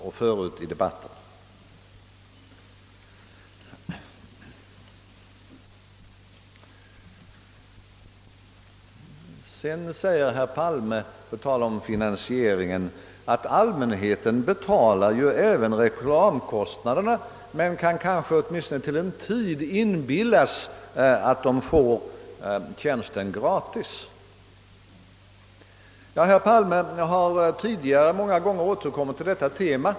På tal om finansieringen säger herr Palme vidare, att allmänheten även får betala reklamkostnaderna men att den kanske åtminstone till en tid kan inbillas att den får tjänsten gratis. Herr Palme har tidigare många gånger återkommit till detta tema.